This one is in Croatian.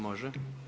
Može.